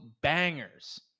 bangers